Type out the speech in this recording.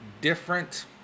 different